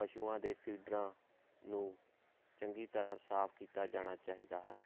ਪਸ਼ੂਆਂ ਦੇ ਫੀਡਰਾਂ ਨੂੰ ਚੰਗੀ ਤਰ੍ਹਾਂ ਸਾਫ ਕੀਤਾ ਜਾਣਾ ਚਾਹੀਦਾ ਹੈ